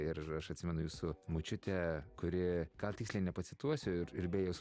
ir aš atsimenu jūsų močiutę kuri gal tiksliai nepacituosiu ir beje